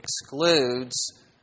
excludes